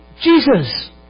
Jesus